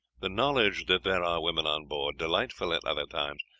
the knowledge that there are women on board, delightful at other times,